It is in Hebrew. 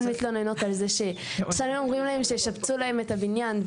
על זה ששנים אומרים להם שישפצו להם את הבניין,